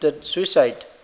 suicide